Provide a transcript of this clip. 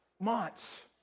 months